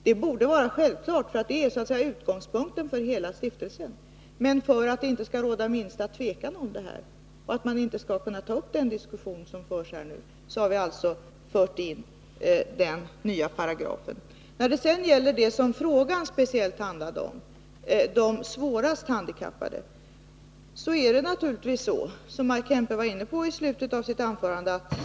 Detta borde vara självklart, eftersom det är utgångspunkten för verksamheten inom stiftelsen, men för att det inte skall råda minsta tvivel om det och för att en diskussion liknande den som förs här inte skall behöva uppstå har vi fört in denna nya paragraf. När det sedan gäller det som frågan speciellt handlade om, nämligen de svårast handikappade, är det naturligtvis så som Maj Kempe var inne på i slutet av sitt anförande.